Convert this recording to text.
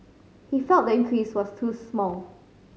he felt the increase was too small